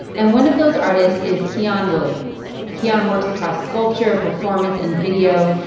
and one of those artists is kiyan williams. kiyan works across sculpture, performance and video.